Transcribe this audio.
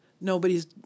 Nobody's